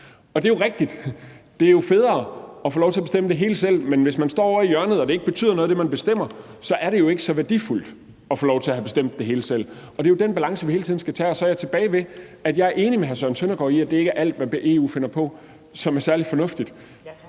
Og det er jo rigtigt, at det er federe at få lov til at bestemme det hele selv, men hvis man står ovre i hjørnet og det, man bestemmer, ikke betyder noget, så er det jo ikke så værdifuldt at få lov til at have bestemt det hele selv. Det er jo den balance, vi hele tiden skal finde, og så er jeg tilbage ved, at jeg er enig med hr. Søren Søndergaard i, at det ikke er alt, hvad EU finder på, som er særlig fornuftigt.